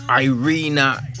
Irina